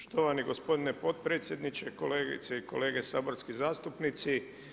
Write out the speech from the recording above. Štovani gospodine potpredsjedniče, kolegice i kolege saborski zastupnici.